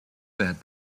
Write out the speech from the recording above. that